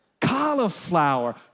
Cauliflower